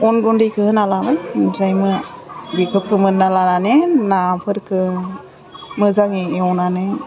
अन गुन्दैखौ होना लागोन ओमफ्राय मो बिखौ फोमोनना लानानै नाफोरखौ मोजाङै एवनानै